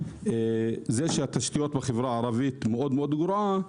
זה שהתשתיות בחברה הערבית מאוד גרועות,